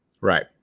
Right